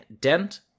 Dent